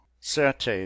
Certes